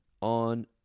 on